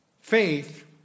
Faith